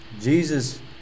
Jesus